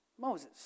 Moses